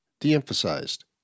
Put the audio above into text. de-emphasized